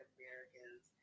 Americans